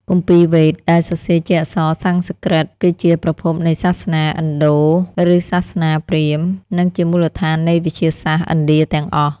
គម្ពីរវេទ ដែលសរសេរជាអក្សរសំស្ក្រឹតគឺជាប្រភពនៃសាសនាឥណ្ឌូឬសាសនាព្រាហ្មណ៍ និងជាមូលដ្ឋាននៃវិទ្យាសាស្ត្រឥណ្ឌាទាំងអស់ ។